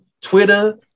Twitter